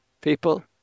people